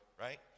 right